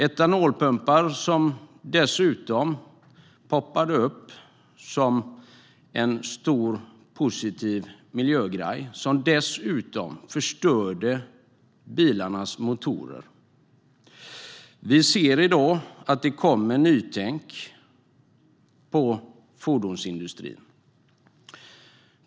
Etanolpumparna poppade upp som en stor och positiv miljögrej - som dock förstörde bilarnas motorer. Vi ser i dag att det kommer nytänk inom fordonsindustrin.